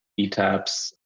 ETAPS